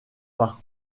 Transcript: pas